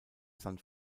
san